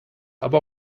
aber